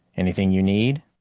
anything you need?